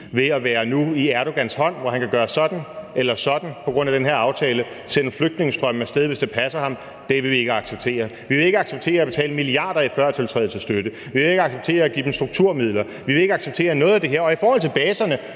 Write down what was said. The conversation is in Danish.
ved nu at være i Erdogans greb, hvor han kan gøre det ene eller det andet på grund af den her aftale og sende flygtningestrømme af sted, hvis det passer ham, vil vi ikke acceptere. Vi vil ikke acceptere at betale milliarder i førtiltrædelsesstøtte. Vi vil ikke acceptere at give dem strukturmidler. Vi vil ikke acceptere noget af det her. Og i forhold til baserne